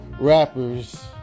rappers